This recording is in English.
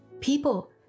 People